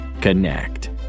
Connect